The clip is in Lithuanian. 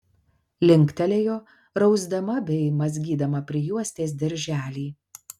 linktelėjo rausdama bei mazgydama prijuostės dirželį